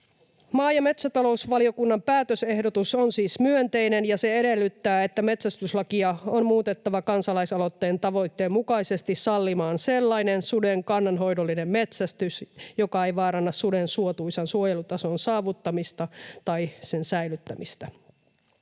Maa- ja metsätalousvaliokunnan päätösehdotus on siis myönteinen, ja se edellyttää, että metsästyslakia on muutettava kansalaisaloitteen tavoitteen mukaisesti sallimaan sellainen suden kannanhoidollinen metsästys, joka ei vaaranna suden suotuisan suojelutason saavuttamista tai sen säilyttämistä.